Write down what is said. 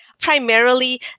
primarily